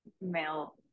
male